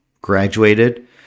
graduated